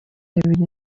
abiri